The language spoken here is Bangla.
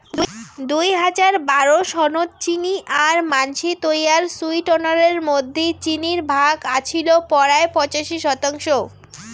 দুই হাজার বারো সনত চিনি আর মানষি তৈয়ার সুইটনারের মধ্যি চিনির ভাগ আছিল পরায় পঁচাশি শতাংশ